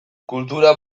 kultura